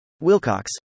Wilcox